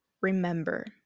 remember